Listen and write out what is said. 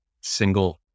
single